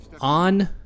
on